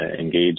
engage